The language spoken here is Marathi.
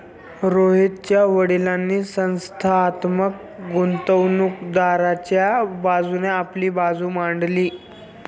रोहितच्या वडीलांनी संस्थात्मक गुंतवणूकदाराच्या बाजूने आपली बाजू मांडली